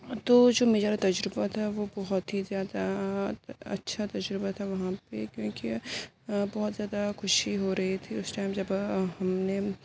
تو جو میرا جو تجربہ تھا وہ بہت ہی زیادہ اچھا تجربہ تھا وہاں پہ کیونکہ بہت زیادہ خوشی ہو رہی تھی اُس ٹائم جب ہم نے